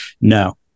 no